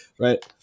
right